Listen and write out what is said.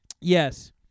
Yes